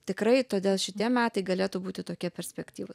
tikrai todėl šitie metai galėtų būti tokie perspektyvūs